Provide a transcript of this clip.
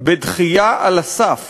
בדחייה על הסף